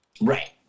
right